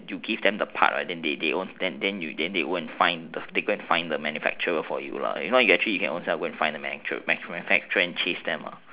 you give them the part right then then they they go and find the manufacturer they go and find the manufacturer for you lah if not actually you can ownself go and find the manufacturer and change them lah